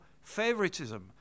favoritism